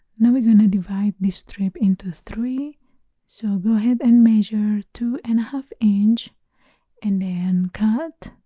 now we're going to divide this strip into three so go ahead and measure two and a half inch and then cut